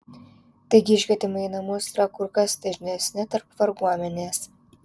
taigi iškvietimai į namus yra kur kas dažnesni tarp varguomenės